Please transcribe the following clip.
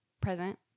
present